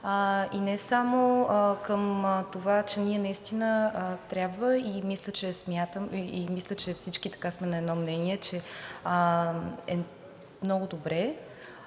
И не само към това, че ние наистина трябва, мисля, че всички сме на едно мнение, че е много добре